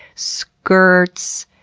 skirts,